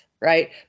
right